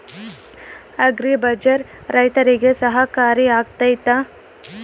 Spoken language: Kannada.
ಅಗ್ರಿ ಬಜಾರ್ ರೈತರಿಗೆ ಸಹಕಾರಿ ಆಗ್ತೈತಾ?